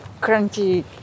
crunchy